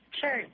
Sure